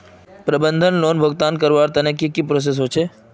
प्रबंधन लोन भुगतान करवार तने की की प्रोसेस होचे?